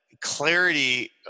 clarity